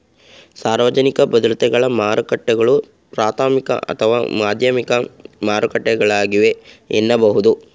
ಸಾರ್ವಜನಿಕ ಭದ್ರತೆಗಳ ಮಾರುಕಟ್ಟೆಗಳು ಪ್ರಾಥಮಿಕ ಅಥವಾ ಮಾಧ್ಯಮಿಕ ಮಾರುಕಟ್ಟೆಗಳಾಗಿವೆ ಎನ್ನಬಹುದು